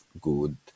good